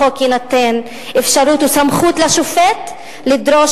החוק ייתן אפשרות וסמכות לשופט לדרוש